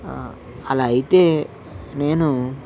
అలా అయితే నేనూ